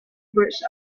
birds